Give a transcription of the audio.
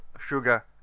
sugar